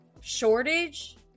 shortage